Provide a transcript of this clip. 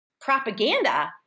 propaganda